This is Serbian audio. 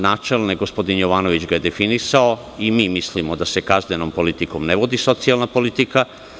Načelno, gospodin Jovanović ga je definisano i mi mislimo da se kaznenom politikom ne vodi socijalna politika.